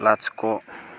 लाथिख'